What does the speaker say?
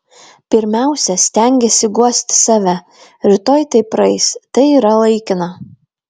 pirmiausia stengiesi guosti save rytoj tai praeis tai yra laikina